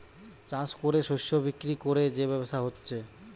চাষ কোরে শস্য বিক্রি কোরে যে ব্যবসা হচ্ছে